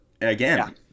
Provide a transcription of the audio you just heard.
again